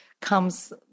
comes